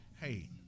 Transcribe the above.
hey